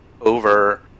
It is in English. over